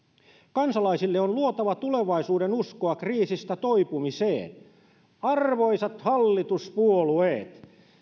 kansalaisille on luotava tulevaisuudenuskoa kriisistä toipumiseen arvoisat hallituspuolueet